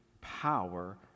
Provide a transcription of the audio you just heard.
power